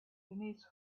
denise